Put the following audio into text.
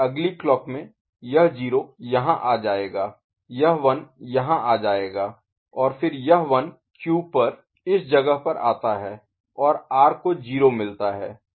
अगली क्लॉक में यह 0 यहाँ आ जाएगा यह 1 यहाँ आ जाएगा और फिर यह 1 क्यू पर इस जगह पर आता है और आर को 0 मिलता है